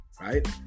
Right